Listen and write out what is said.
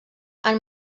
han